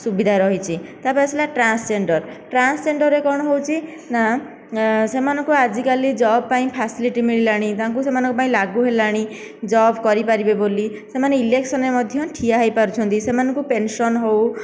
ସୁବିଧା ରହିଛି ତାପରେ ଆସିଲା ଟ୍ରାନ୍ସଜେଣ୍ଡର ଟ୍ରାନ୍ସଜେଣ୍ଡରରେ କ'ଣ ହେଉଛି ନା ସେମାନଙ୍କୁ ଆଜିକାଲି ଜବ ପାଇଁ ଫାସିଲିଟି ମିଳିଲାନି ତାଙ୍କୁ ସେମାନଙ୍କ ପାଇଁ ଲାଗୁ ହେଲାଣି ଜବ କରିପାରିବେ ବୋଲି ସେମାନେ ଇଲେକ୍ସନରେ ମଧ୍ୟ ଠିଆ ହୋଇ ପାରୁଛନ୍ତି ସେମାନଙ୍କୁ ପେନସନ୍ ହେଉ